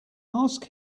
ask